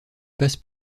passe